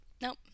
nope